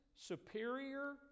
superior